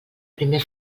primer